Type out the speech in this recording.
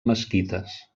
mesquites